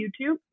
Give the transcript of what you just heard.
YouTube